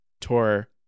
tour